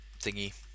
thingy